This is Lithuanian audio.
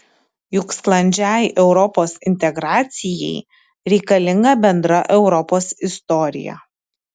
juk sklandžiai europos integracijai reikalinga bendra europos istorija